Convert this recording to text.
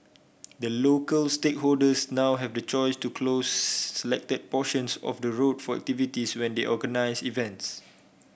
the local stakeholders now have the choice to close selected portions of the road for activities when they organise events